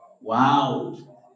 Wow